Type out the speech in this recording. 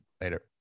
later